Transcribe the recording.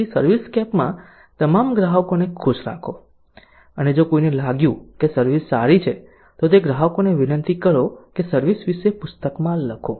તેથી સર્વિસસ્કેપમાં તમામ ગ્રાહકોને ખુશ રાખો અને જો કોઈને લાગ્યું કે સર્વિસ સારી છે તો તે ગ્રાહકોને વિનંતી કરો કે સર્વિસ વિશે પુસ્તકમાં લખો